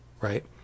right